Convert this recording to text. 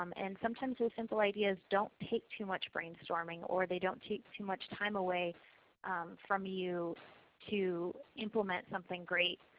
um and sometimes those and simple ideas don't take too much brainstorming or they don't take too much time away from you to implement something great.